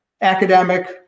academic